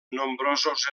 nombrosos